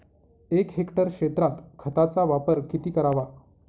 एक हेक्टर क्षेत्रात खताचा वापर किती करावा?